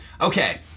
Okay